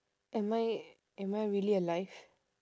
am I am I really alive